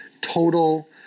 total